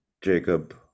Jacob